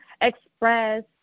Express